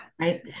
Right